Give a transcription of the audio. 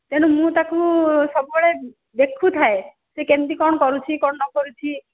ତେଣୁ ମୁଁ ତାକୁ ସବୁବେଳେ ଦେଖୁଥାଏ ସେ କେମିତି କ'ଣ କରୁଛି କ'ଣ ନ କରୁଛି